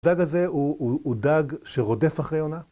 הדג הזה הוא דג שרודף אחרי יונה?